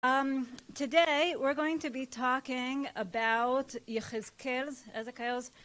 היום אנחנו נדבר על יחזקאל